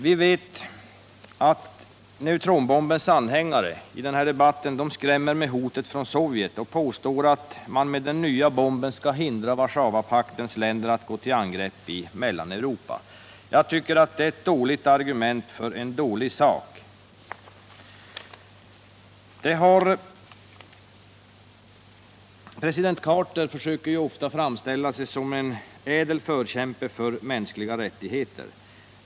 Vi vet att neutronbombens anhängare i denna debatt skrämmer med hotet från Sovjet och påstår att man med den nya bomben skall hindra Warszawapaktens länder att gå till angrepp i Mellaneuropa. Jag tycker att det är ett dåligt argument för en dålig sak. President Carter försöker ofta framställa sig som en ädel förkämpe för mänskliga rättigheter.